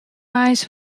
eins